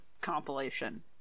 compilation